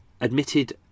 admitted